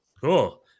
Cool